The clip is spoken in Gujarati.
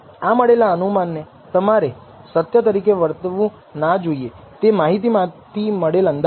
આ મળેલા અનુમાન ને તમારે સત્ય તરીકે વર્તવું ના જોઈએ તે માહિતી માંથી મળેલ અંદાજ છે